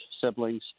siblings